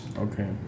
Okay